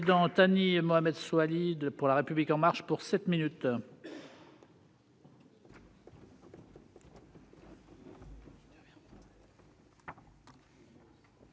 Merci